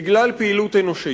בגלל פעילות אנושית,